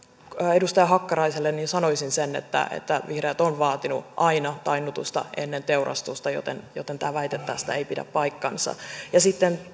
edustaja hakkaraiselle sanoisin sen että että vihreät ovat vaatineet aina tainnutusta ennen teurastusta joten joten tämä väite tästä ei pidä paikkaansa sitten